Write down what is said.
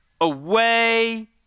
away